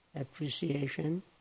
appreciation